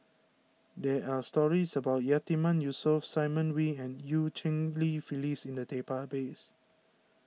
there are stories about Yatiman Yusof Simon Wee and Eu Cheng Li Phyllis in the database